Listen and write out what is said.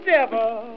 Devil